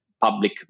public